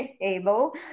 able